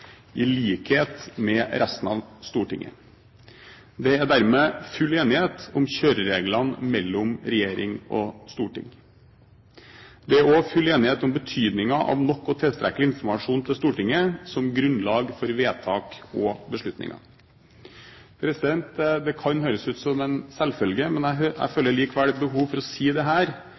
i likhet med resten av Stortinget. Det er dermed full enighet om kjørereglene mellom regjering og storting. Det er også full enighet om betydningen av nok og tilstrekkelig informasjon til Stortinget som grunnlag for vedtak og beslutninger. Det kan høres ut som en selvfølge, men jeg føler likevel behov for å si